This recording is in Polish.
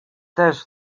też